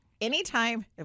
Anytime